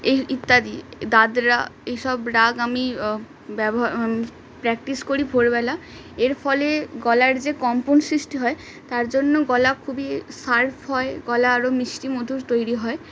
এই ইত্যাদি দাদরা এইসব রাগ আমি ব্যবহার প্র্যাকটিস করি ভোরবেলা এর ফলে গলার যে কম্পন সৃষ্টি হয় তার জন্য গলা খুবই শার্প হয় গলা আরও মিষ্টি মধুর তৈরি হয়